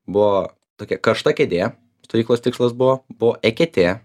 buvo tokia karšta kėdė stovyklos tikslas buvo buvo eketė